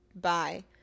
bye